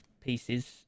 pieces